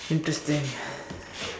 interesting